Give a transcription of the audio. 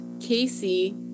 Casey